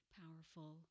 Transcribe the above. powerful